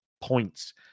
points